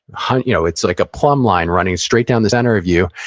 and you know it's like a plumb line running straight down the center of you.